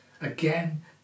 again